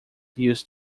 used